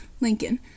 Lincoln